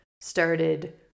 started